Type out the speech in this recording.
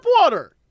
water